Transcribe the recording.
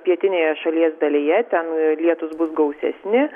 pietinėje šalies dalyje ten lietūs bus gausesni